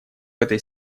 этой